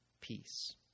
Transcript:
peace